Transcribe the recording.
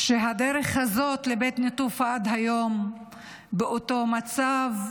והדרך הזאת לבית נטופה עד היום באותו מצב,